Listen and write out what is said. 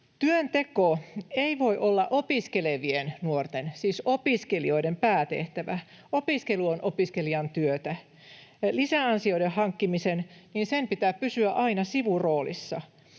Työnteko ei voi olla opiskelevien nuorten, siis opiskelijoiden, päätehtävä. Opiskelu on opiskelijan työtä. Lisäansioiden hankkimisen pitää pysyä aina sivuroolissa.